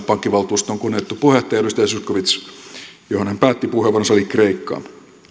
pankkivaltuuston kunnioitettu puheenjohtaja edustaja zyskowicz päätti puheenvuoronsa eli kreikkaan